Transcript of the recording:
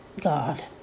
God